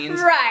Right